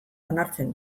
onartzen